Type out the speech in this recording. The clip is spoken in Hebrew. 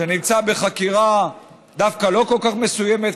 שנמצא בחקירה דווקא לא כל כך מסוימת,